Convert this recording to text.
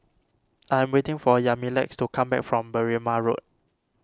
I am waiting for Yamilex to come back from Berrima Road